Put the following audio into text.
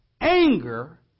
anger